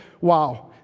wow